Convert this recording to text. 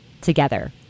together